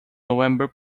november